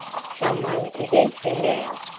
someone is entering now,